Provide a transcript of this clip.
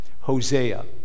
Hosea